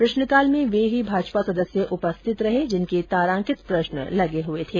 प्रष्नकाल में वे ही भाजपा सदस्य उपस्थित रहे जिनके तारांकित प्रष्न लगे थे